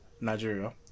Nigeria